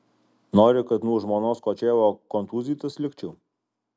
nori kad nuo žmonos kočėlo kontūzytas likčiau